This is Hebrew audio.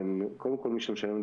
מי שמשלם,